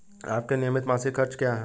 आपके नियमित मासिक खर्च क्या हैं?